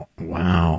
Wow